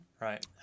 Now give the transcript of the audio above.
right